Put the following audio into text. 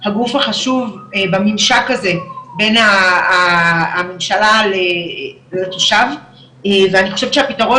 הגוף החשוב בממשק הזה בין הממשלה לתושב ואני חושבת שהפתרון